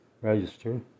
register